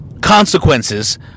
consequences